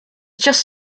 just